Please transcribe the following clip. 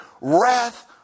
wrath